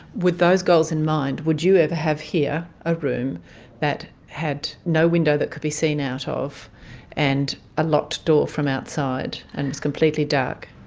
with those goals in mind, would you ever have here a room that had no window that could be seen out of and a locked door from outside and it's completely dark?